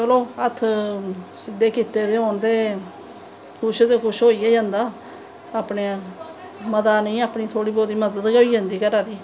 ते चलो हत्थ सिद्धे कीते दे होन ते कुश ते कुश होई गै जंदा अपनें मता नेंइ अपनी तोह्ड़ी मती मदद होई जंदा घरा दी